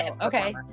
Okay